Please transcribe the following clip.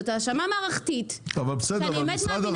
זו האשמה מערכתית שאני באמת מאמינה